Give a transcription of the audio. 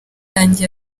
yatangiye